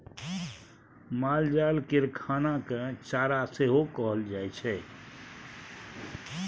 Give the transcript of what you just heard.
मालजाल केर खाना केँ चारा सेहो कहल जाइ छै